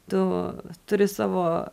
tu turi savo